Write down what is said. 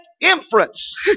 inference